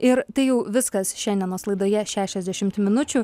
ir tai jau viskas šiandienos laidoje šešiasdešim minučių